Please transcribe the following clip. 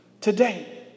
today